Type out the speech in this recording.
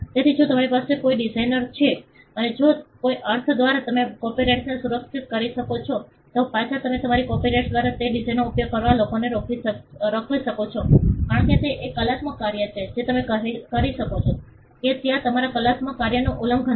તેથી જો તમારી પાસે કોઈ ડિઝાઇન છે અને જો કોઈ અર્થ દ્વારા તમે કોપિરાઇટને સુરક્ષિત કરી શકો છો તો પછી તમે તમારા કોપિરાઇટ દ્વારા તે ડિઝાઇનનો ઉપયોગ કરતા લોકોને રોકી શકો છો કારણ કે તે એક કલાત્મક કાર્ય છે જે તમે કહી શકો છો કે ત્યાં તમારા કલાત્મક કાર્યનું ઉલ્લંઘન છે